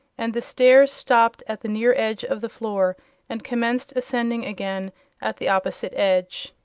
and the stairs stopped at the near edge of the floor and commenced ascending again at the opposite edge.